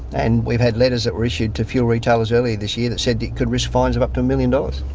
and we've had letters that were issued to fuel retailers earlier this year that said you could risk fines of up to one million dollars.